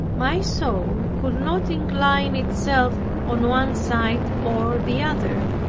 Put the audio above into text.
my soul could not incline itself on one side or the other,